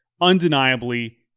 undeniably